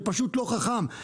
זה פשוט לא חכם,